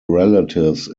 relatives